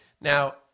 Now